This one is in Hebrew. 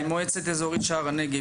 מועצה אזורית שער הנגב,